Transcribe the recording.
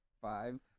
five